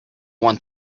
want